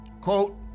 quote